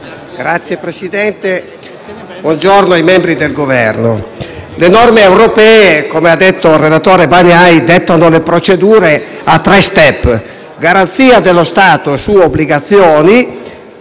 Signor Presidente, onorevoli membri del Governo, le norme europee, come ha detto il relatore Bagnai, dettano le procedure a tre *step*: garanzia dello Stato su obbligazioni,